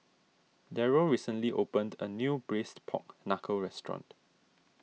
Darryll recently opened a new Braised Pork Knuckle restaurant